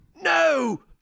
No